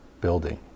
building